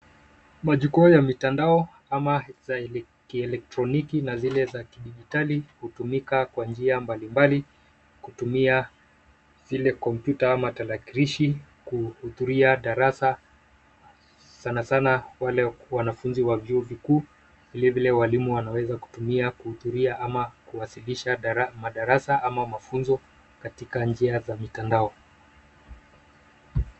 Majukwaa ya mitandao ama za kielektroniki na zile za kidijitali hutumika kwa njia mbalimbali kutumia zile kompuyta ama tarakilishi kuhudhuria darasa sanasana wale wanafunzi wa vyuo vikuu vilevile walimu wanaweza kutumia kuhudhuria ama kuwasilisha madarasa ama mafunzo katika njia za mitandao.